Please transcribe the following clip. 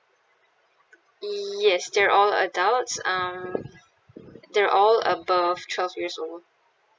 yes they're all adults um they're all above twelve years old